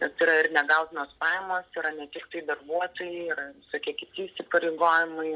bet yra ir negautinos pajamos yra ne tiktai darbuotojai yra visokie kiti įsipareigojimai